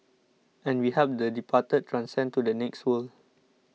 and we help the departed transcend to the next world